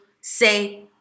say